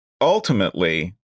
ultimately